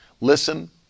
Listen